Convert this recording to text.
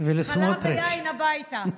חלה ויין הביתה.